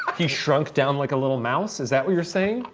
he shrunk down like a little mouse? is that what you're saying?